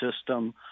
system